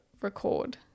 record